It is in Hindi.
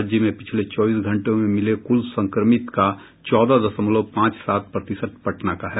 राज्य में पिछले चौबीस घंटे में मिले क्ल संक्रमित का चौदह दशमलव पांच सात प्रतिशत पटना का हैं